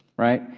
right?